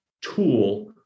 tool